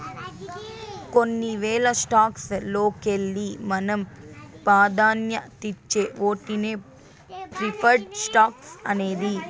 కొన్ని వేల స్టాక్స్ లోకెల్లి మనం పాదాన్యతిచ్చే ఓటినే ప్రిఫర్డ్ స్టాక్స్ అనేది